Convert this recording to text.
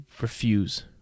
refuse